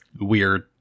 weird